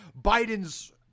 Biden's